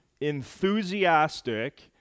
enthusiastic